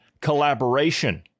collaboration